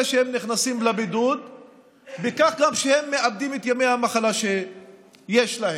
שהם נכנסים לבידוד וכך מאבדים את ימי המחלה שיש להם,